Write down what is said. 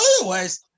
Otherwise